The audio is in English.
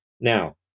Now